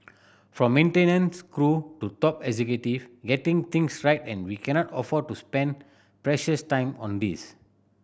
from maintenance crew to top executive getting things right and we cannot afford to spend precious time on this